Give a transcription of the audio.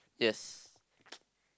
yes